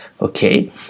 Okay